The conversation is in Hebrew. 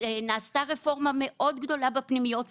נעשתה רפורמה מאוד גדולה בפנימיות.